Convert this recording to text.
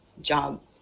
job